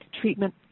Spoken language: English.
treatment